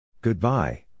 Goodbye